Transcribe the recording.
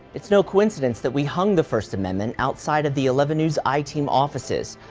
it's no coincidence that we hung the first amendment outside of the eleven news iteam offices,